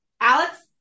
Alex